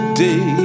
day